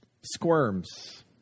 squirms